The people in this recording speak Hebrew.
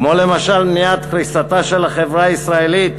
כמו למשל מניעת קריסתה של החברה הישראלית,